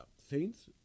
Saints